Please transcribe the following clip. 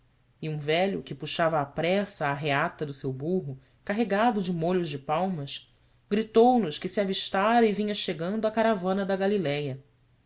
e um velho que puxava à pressa a arreata do seu burro carregado de molhos de palmas gritou nos que se avistara e vinha chegando a caravana da galiléia